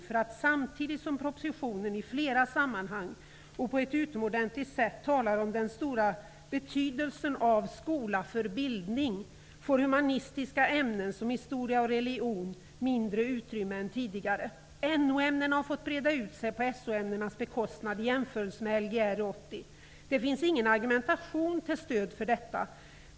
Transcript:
Samtidigt som det i propositionen i flera sammanhang och på ett utomordentligt sätt talas om den stora betydelsen av en ''skola för bildning'', får humanistiska ämnen som historia och religion mindre utrymme än tidigare. NO-ämnena har fått breda ut sig på SO-ämnenas bekostnad, i jämförelse med vad som sägs i Lgr 80. Det finns ingen argumentation till stöd för detta.